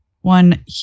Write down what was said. One